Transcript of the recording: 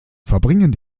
verbringen